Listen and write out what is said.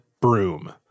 broom